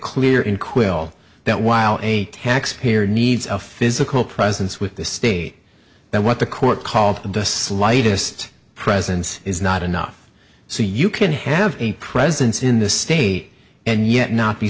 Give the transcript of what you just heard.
clear in quill that while a taxpayer needs a physical presence with the state that what the court called the slightest presence is not enough so you can have a presence in the state and yet not be